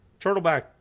Turtleback